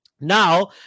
Now